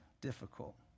difficult